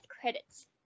credits